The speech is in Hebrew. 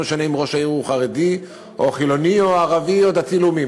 לא משנה אם ראש העיר הוא חרדי או חילוני או ערבי או דתי-לאומי.